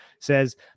says